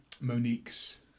Monique's